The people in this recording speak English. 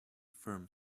firm